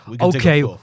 okay